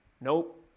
Nope